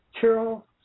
Carol